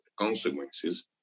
consequences